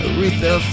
Aretha